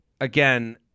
Again